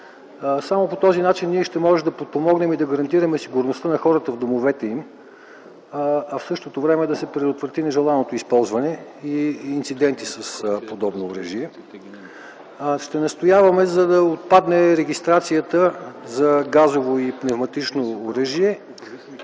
Само по този начин ще можем да подпомогнем и да гарантираме сигурността на хората в домовете им, а в същото време да се предотврати нежеланото използване и инциденти с подобно оръжие. Ще настояваме да отпадне регистрацията за газово и пневматично оръжие.